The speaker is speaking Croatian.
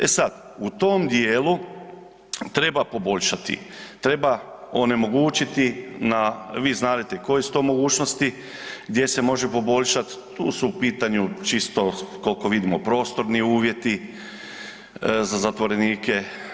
E sad, u tom dijelu treba poboljšati, treba onemogućiti na, vi znadete koje su to mogućnosti, gdje se može poboljšati, tu su u pitanju čisto koliko vidimo prostorni uvjeti za zatvorenike.